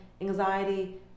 anxiety